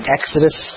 Exodus